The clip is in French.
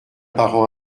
parent